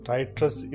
Titus